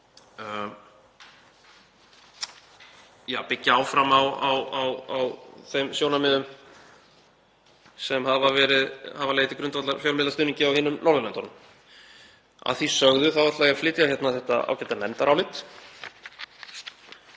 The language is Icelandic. og byggja áfram á þeim sjónarmiðum sem hafa legið til grundvallar fjölmiðlastuðningi á hinum Norðurlöndunum. Að því sögðu ætla ég að flytja hérna þetta ágæta nefndarálit